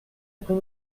après